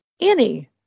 Annie